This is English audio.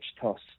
toss